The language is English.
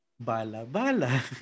bala-bala